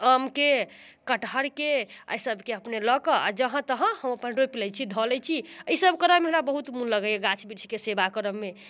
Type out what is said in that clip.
आमके कटहरके आओर सबके अपने लऽ कऽ आओर जहाँ तहाँ हम अपन रोपि लै छी धऽ लै छी ईसब करैमे हमरा बहुत मोन लगैए गाछ बिरिछके सेवा करैमे